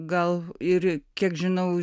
gal ir kiek žinau